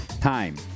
time